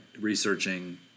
researching